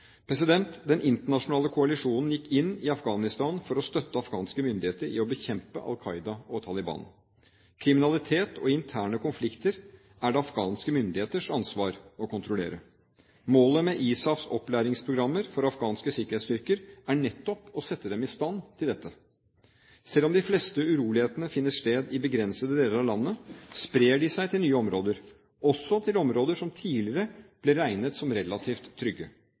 Den internasjonale koalisjonen gikk inn i Afghanistan for å støtte afghanske myndigheter i å bekjempe Al Qaida og Taliban. Kriminalitet og interne konflikter er det afghanske myndigheters ansvar å kontrollere. Målet med ISAFs opplæringsprogrammer for afghanske sikkerhetsstyrker er nettopp å sette dem i stand til dette. Selv om de fleste urolighetene finner sted i begrensede deler av landet, sprer de seg til nye områder – også til områder som tidligere ble regnet som relativt trygge.